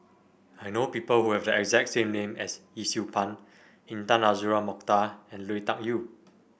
I know people who have the exact name as Yee Siew Pun Intan Azura Mokhtar and Lui Tuck Yew